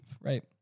right